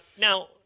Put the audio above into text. Now